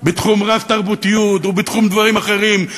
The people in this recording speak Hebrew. בתחום הרב-תרבותיות ובתחומים אחרים,